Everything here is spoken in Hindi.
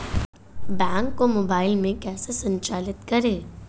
बैंक को मोबाइल में कैसे संचालित करें?